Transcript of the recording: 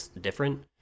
different